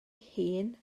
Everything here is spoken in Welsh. hŷn